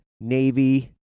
Navy